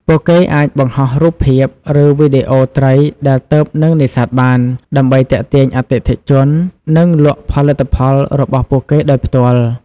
ពួកគេអាចបង្ហោះរូបភាព ឬវីដេអូត្រីដែលទើបនឹងនេសាទបាន ដើម្បីទាក់ទាញអតិថិជន និងលក់ផលិតផលរបស់ពួកគេដោយផ្ទាល់។